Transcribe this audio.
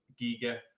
Giga